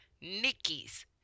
Nikki's